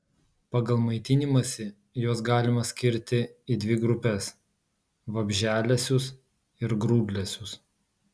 pagal maitinimąsi juos galima skirti į dvi grupes vabzdžialesius ir grūdlesius